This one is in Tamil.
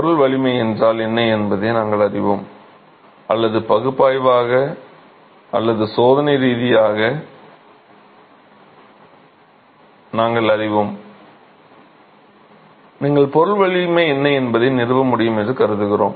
பொருள் வலிமை என்றால் என்ன என்பதை நாங்கள் அறிவோம் அல்லது பகுப்பாய்வாக அல்லது சோதனை ரீதியாக நீங்கள் பொருள் வலிமை என்ன என்பதை நிறுவ முடியும் என்று கருதுகிறோம்